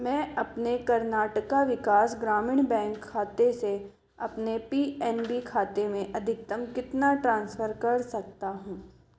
मैं अपने कर्नाटक विकास ग्रामीण बैंक खाते से अपने पी एन बी खाते में अधिकतम कितना ट्रांसफ़र कर सकता हूँ